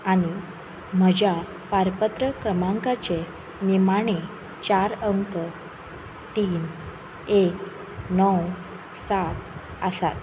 आनी म्हज्या पारपत्र क्रमांकाचे निमाणे चार अंक तीन एक णव सात आसात